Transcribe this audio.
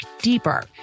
deeper